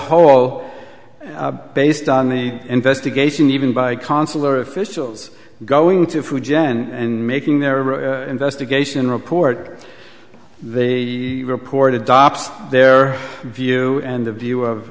whole based on the investigation even by consular officials going to food gen and making their investigation report they reported dops their view and a view of